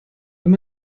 wenn